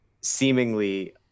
seemingly